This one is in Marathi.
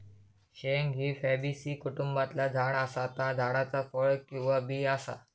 शेंग ही फॅबेसी कुटुंबातला झाड असा ता झाडाचा फळ किंवा बी असा